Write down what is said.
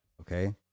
Okay